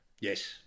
Yes